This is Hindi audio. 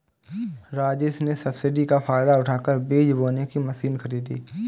राजेश ने सब्सिडी का फायदा उठाकर बीज बोने की मशीन खरीदी